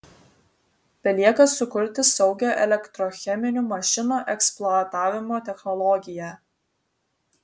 belieka sukurti saugią elektrocheminių mašinų eksploatavimo technologiją